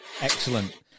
Excellent